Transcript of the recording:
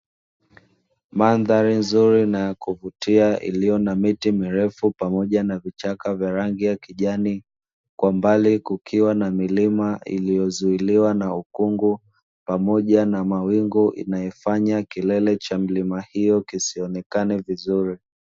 Mandhari nzuri na kuvutia iliyo na miti mirefu pamoja na vichaka vya rangi ya kijani, kwa mbali kukiwa na milima iliyozuiliwa na ukungu pamoja na mawingu inayofanya kilele cha mlima hiyo kisionekane vizuri.